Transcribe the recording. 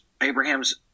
Abraham's –